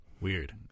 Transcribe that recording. Weird